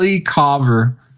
Cover